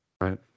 Right